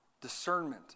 discernment